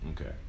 Okay